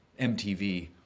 MTV